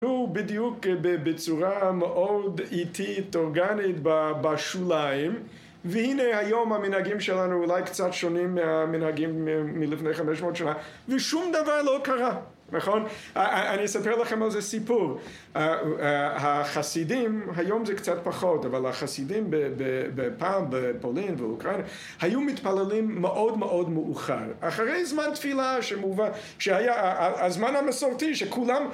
היו בדיוק בצורה מאוד איטית, אורגנית, בשוליים. והנה היום המנהגים שלנו אולי קצת שונים מהמנהגים מלפני 500 שנה. ושום דבר לא קרה, נכון? אני אספר לכם על זה סיפור. החסידים, היום זה קצת פחות, אבל החסידים בפעם, בפולין, באוקראינה, היו מתפללים מאוד מאוד מאוחר. אחרי זמן תפילה שמובן, שהיה הזמן המסורתי שכולם...